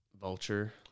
Vulture